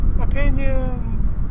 opinions